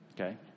Okay